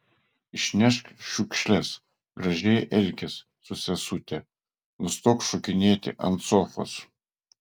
išnešk šiukšles gražiai elkis su sesute nustok šokinėti ant sofos